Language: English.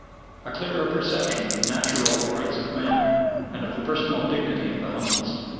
a clearer perception of the natural rights of man and of the personal dignity of the humblest,